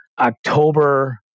October